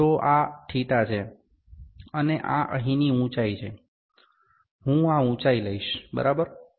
તો આ θ છે અને આ અહીંની ઉંચાઇ છે હું આ ઉંચાઇ લઈશ બરાબર